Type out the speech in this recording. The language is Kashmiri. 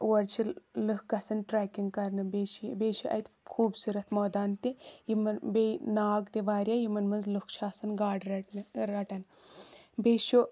اور چھِ لٕکھ گژھن ٹرٛیکِنگ کرنہٕ بیٚیہِ چھِ بیٚیہِ چھِ اَتہِ خوٗبصوٗرت مٲدان تہِ یِمن بیٚیہِ ناگ تہِ واریاہ یِمن منٛز لُکھ چھِ آسان گاڈٕ رٹنہِ رٹان بیٚیہِ چھُ